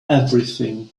everything